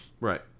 Right